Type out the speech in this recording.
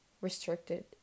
restricted